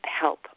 help